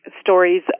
stories